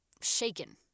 shaken